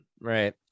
right